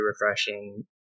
refreshing